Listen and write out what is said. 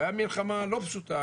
היתה מלחמה לא פשוטה.